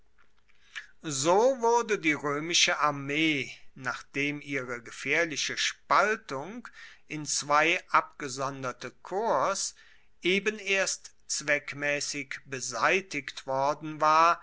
so wurde die roemische armee nachdem ihre gefaehrliche spaltung in zwei abgesonderte korps eben erst zweckmaessig beseitigt worden war